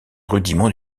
rudiments